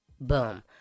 Boom